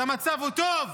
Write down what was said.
שהמצב טוב.